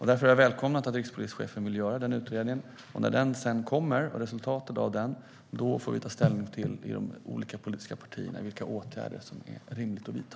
Därför har jag välkomnat att rikspolischefen vill göra den här utredningen. När resultatet av den kommer får vi i de olika politiska partierna ta ställning till vilka åtgärder som det är rimligt att vidta.